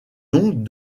donc